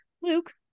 Luke